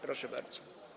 Proszę bardzo.